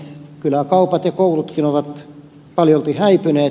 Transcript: kyläkaupat ja koulutkin ovat paljolti häipyneet